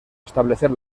establecer